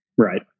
Right